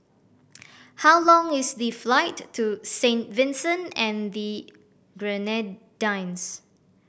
how long is the flight to Saint Vincent and the Grenadines